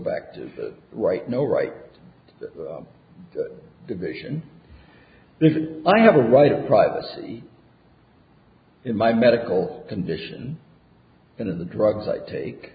back to that right no right division i have a right to privacy in my medical condition and of the drugs i take